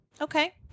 Okay